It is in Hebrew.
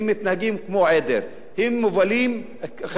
הם מובלים אחרי המנהיג שמוביל,